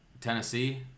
Tennessee